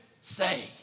say